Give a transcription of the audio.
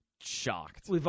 shocked